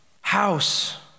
house